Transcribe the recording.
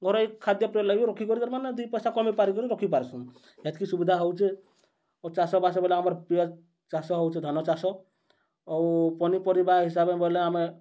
ଘରେ ଖାଦ୍ୟପେୟ ଲାଗି ରଖିକରି ତା'ର୍ମାନେ ଦୁଇ ପଇସା କମେଇ ପାରିକରି ରଖିପାର୍ସୁଁ ହେତ୍କି ସୁବିଧା ହେଉଛେ ଆଉ ଚାଷବାସ ବେଲେ ଆମର୍ ପ୍ରିୟ ଚାଷ ହେଉଛେ ଧାନ ଚାଷ ଆଉ ପନିପରିବା ହିସାବେ ବେଲେ ଆମେ